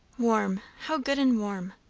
warm, how good and warm!